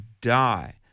die